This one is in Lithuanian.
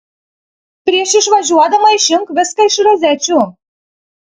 prieš išvažiuodama išjunk viską iš rozečių